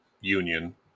Union